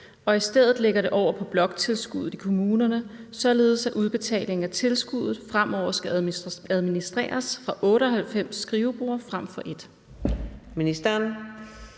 og i stedet lægger det over på bloktilskuddet i kommunerne, således at udbetalingen af tilskuddet fremover skal administreres fra 98 skriveborde frem for